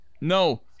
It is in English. No